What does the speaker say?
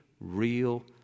real